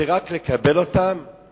זה רק לקבל אותם,